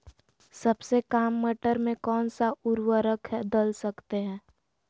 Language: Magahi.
सबसे काम मटर में कौन सा ऊर्वरक दल सकते हैं?